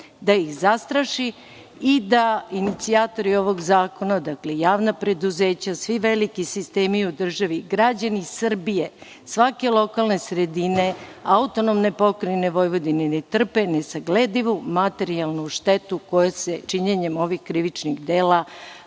da ih zastraši i da inicijatori ovog zakona, dakle javna preduzeća, svi veliki sistemi u državi, građani Srbije svake lokalne sredine, AP Vojvodine i ne trpe nesagledivu materijalnu štetu koja se činjenjem ovih krivičnih dela